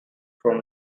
from